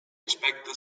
aspecte